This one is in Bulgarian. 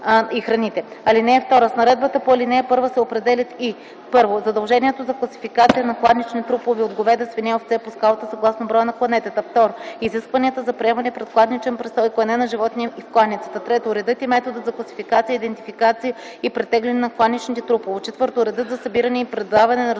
храните. (2) С наредбата по ал. 1 се определят и: 1. задължението за класификация на кланични трупове от говеда, свине и овце по скалата съгласно броя на кланетата; 2. изискванията за приемане, предкланичен престой и клане на животни в кланицата; 3. редът и методът за класификация, идентификация и претегляне на кланичните трупове; 4. редът за събиране и предаване на резултатите